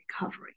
recovery